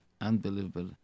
unbelievable